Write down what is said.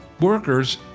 workers